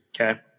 Okay